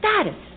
status